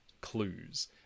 clues